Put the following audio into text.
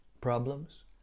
problems